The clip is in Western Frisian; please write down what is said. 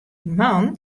man